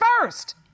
first